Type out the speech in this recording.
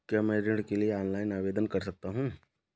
क्या मैं ऋण के लिए ऑनलाइन आवेदन कर सकता हूँ?